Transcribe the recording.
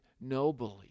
nobly